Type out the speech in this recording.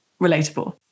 relatable